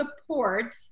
support